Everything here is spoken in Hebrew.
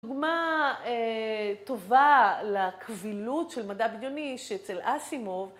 דוגמה טובה לקבילות של מדע בדיוני שאצל אסימוב